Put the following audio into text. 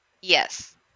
Yes